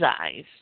eyes